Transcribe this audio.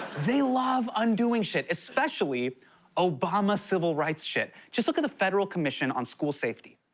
they love undoing shit, especially obama civil rights shit. just look at the federal commission on school safety.